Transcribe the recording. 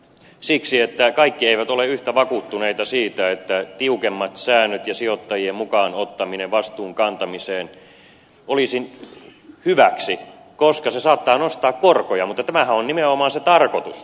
siksi että kaikki eivät ole yhtä vakuuttuneita siitä että tiukemmat säännöt ja sijoittajien mukaan ottaminen vastuun kantamiseen olisivat hyväksi koska se saattaa nostaa korkoja mutta tämähän on nimenomaan se tarkoitus